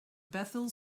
bethel